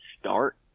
start